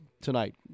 tonight